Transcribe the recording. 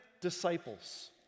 disciples